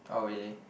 oh really